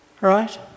Right